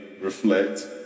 reflect